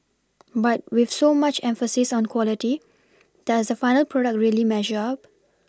but with so much emphasis on quality does the final product really measure up